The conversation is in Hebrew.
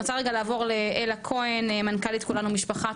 אני רוצה רגע לעבור לאלה כהן מנכ"לית כולנו משפחה,